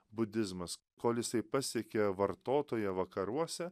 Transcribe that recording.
budizmas kol jisai pasiekė vartotoją vakaruose